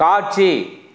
காட்சி